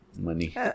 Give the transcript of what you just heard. money